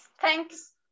Thanks